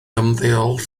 ymddeol